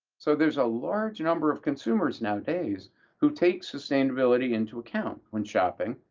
so there's a large number of consumers nowadays who take sustainability into account when shopping.